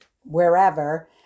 wherever